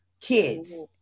kids